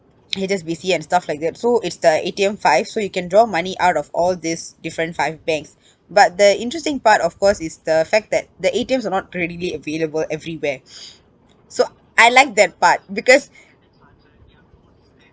H_S_B_C and stuff like that so it's the A_T_M five so you can draw money out of all these different five banks but the interesting part of course is the fact that the A_T_Ms are not readily available everywhere so I like that part because